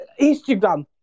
Instagram